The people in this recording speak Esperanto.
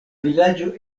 vilaĝo